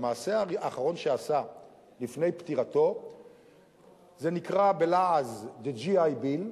המעשה האחרון שעשה לפני פטירתו נקרא בלעז The GI bills,